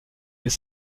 est